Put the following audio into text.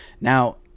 Now